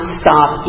stop